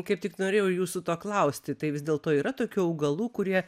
kaip tik norėjau jūsų to paklausti tai vis dėlto yra tokių augalų kurie